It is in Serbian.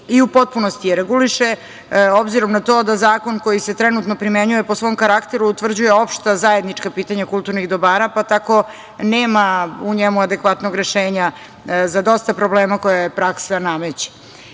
i u potpunosti je reguliše, obzirom na to da zakon koji se trenutno primenjuje po svom karakteru utvrđuje opšta zajednička pitanja kulturnih dobara, pa tako nema u njemu adekvatnog rešenja za dosta problema koje joj praksa nameće. Velika